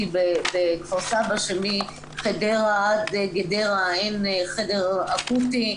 בכפר סבא שמחדרה עד גדרה אין חדר אקוטי,